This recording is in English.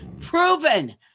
proven